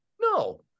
no